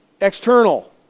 external